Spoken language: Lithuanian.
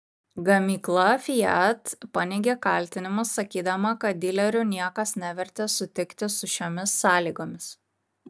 gamykla fiat paneigė kaltinimus sakydama kad dilerių niekas nevertė sutikti su šiomis sąlygomis